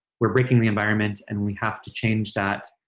we're breaking the environment and we have to change that.